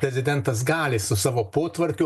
prezidentas gali su savo potvarkiu